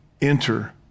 enter